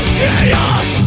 chaos